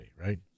right